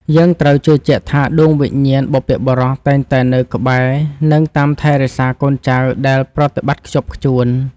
យើងត្រូវជឿជាក់ថាដួងវិញ្ញាណបុព្វបុរសតែងតែនៅក្បែរនិង តាមថែរក្សាកូនចៅដែលប្រតិបត្តិខ្ជាប់ខ្ជួន។